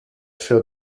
für